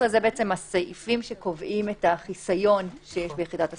אלה הסעיפים שקובעים את החיסיון שיש ביחידת הסיוע.